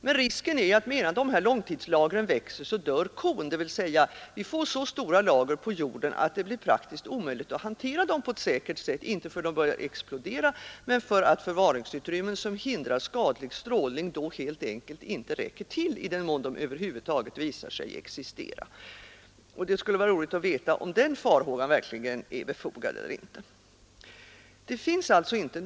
Men risken är ju att medan dessa långtidslager växer, dör kon — dvs. vi får så stora lager på jorden att de blir praktiskt omöjliga att hantera på ett säkert sätt. Inte för att de börjar explodera, men för att förvaringsutrymmen som hindrar skadlig strålning då helt enkelt inte räcker till, i den mån de över huvud taget visar sig existera. Det skulle vara intressant att veta om den farhågan verkligen är befogad eller inte.